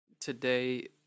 Today